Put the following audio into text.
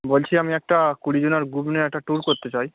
বলছি আমি একটা কুড়িজনার গ্রুপ নিয়ে একটা ট্যুর করতে চাই